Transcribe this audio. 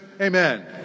Amen